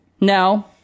No